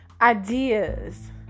ideas